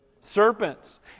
Serpents